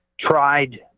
tried